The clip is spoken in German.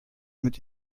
mit